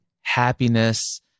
happiness